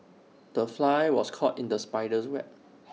the fly was caught in the spider's web